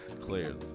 Clearly